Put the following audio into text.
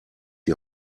die